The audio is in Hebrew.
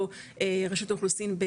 או רשות האוכלוסין,